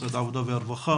משרד העבודה והרווחה,